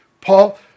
Paul